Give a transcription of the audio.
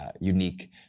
unique